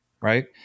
Right